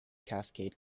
cascade